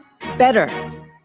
better